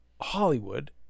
Hollywood